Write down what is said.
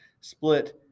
split